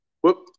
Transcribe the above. Whoop